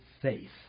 faith